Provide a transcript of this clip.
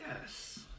Yes